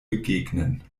begegnen